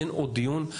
אין עוד דיון,